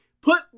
Put